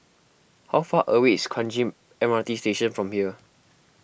how far away is Kranji M R T Station from here